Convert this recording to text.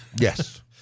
Yes